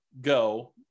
go